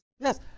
Yes